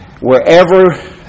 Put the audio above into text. wherever